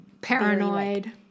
paranoid